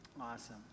Awesome